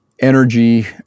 energy